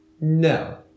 No